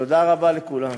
תודה רבה לכולם.